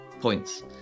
points